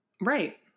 Right